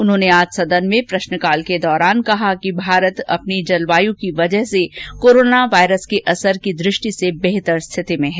उन्होंने आज सदन में प्रश्नकाल के दौरान कहा कि भारत अपनी जलवायु की वजह से कोरोना वायरस के असर की दृष्टि से बेहतर स्थिति में है